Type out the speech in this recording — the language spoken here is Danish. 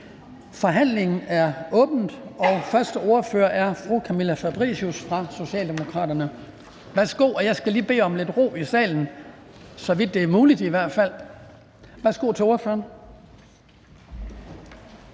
Forhandlingen er åbnet, og første ordfører er fru Camilla Fabricius fra Socialdemokraterne. Jeg skal lige bede om lidt ro i salen, så vidt det i hvert fald er muligt. Værsgo til ordføreren.